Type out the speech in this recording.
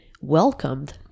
welcomed